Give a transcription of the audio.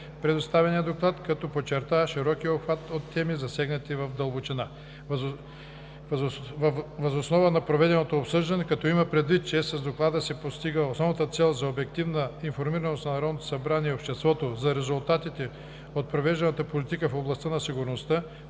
представения доклад, като подчерта широкия обхват от теми, засегнати в дълбочина. Въз основа на проведеното обсъждане, като има предвид, че с Доклада се постига основната цел за обективна информираност на Народното събрание и обществото за резултатите от провежданата политика в областта на сигурността,